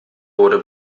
wurde